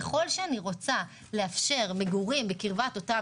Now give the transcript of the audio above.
ככל שאני רוצה לאפשר מגורים בקרבת אותם